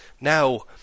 Now